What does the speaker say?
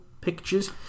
pictures